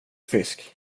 fisk